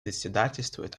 председательствует